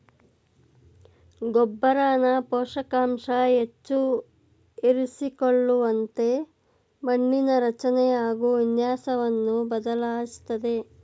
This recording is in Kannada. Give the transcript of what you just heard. ಗೊಬ್ಬರನ ಪೋಷಕಾಂಶ ಹೆಚ್ಚು ಇರಿಸಿಕೊಳ್ಳುವಂತೆ ಮಣ್ಣಿನ ರಚನೆ ಹಾಗು ವಿನ್ಯಾಸವನ್ನು ಬದಲಾಯಿಸ್ತದೆ